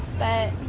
but